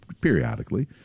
periodically